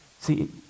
See